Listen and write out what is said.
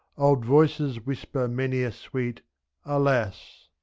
old voices whisper many a sweet alas